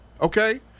okay